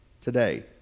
today